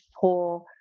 poor